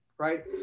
right